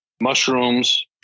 mushrooms